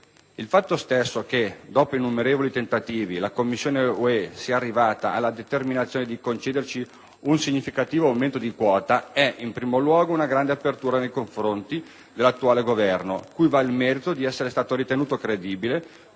Il fatto stesso che, dopo innumerevoli tentativi, la Commissione UE sia arrivata alla determinazione di concederci un significativo aumento di quota è, in primo luogo, una grande apertura nei confronti dell'attuale Governo, cui va il merito di essere stato ritenuto credibile